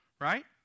Right